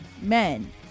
men